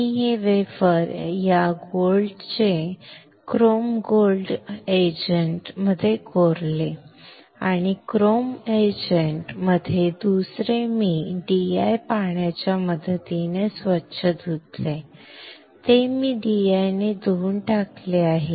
मी हे वेफर या धातूचे क्रोम गोल्ड गोल्ड एजंट मध्ये कोरले आहे आणि क्रोम एजंट मध्ये दुसरे मी DI पाण्याच्या मदतीने स्वच्छ धुवावे मी ते DI ने धुवून टाकले आहे